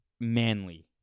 Manly